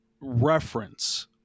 reference